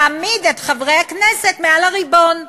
להעמיד את חברי הכנסת מעל הריבון.